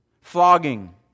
Flogging